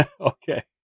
Okay